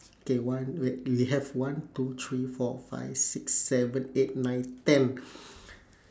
okay one wait we have one two three four five six seven eight nine ten